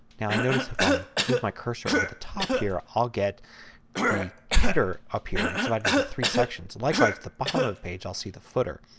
now i notice if i move my cursor over the top here i'll get the header up here. it is divided into three sections. likewise the bottom of the page i'll see the footer.